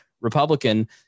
Republican